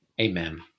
amen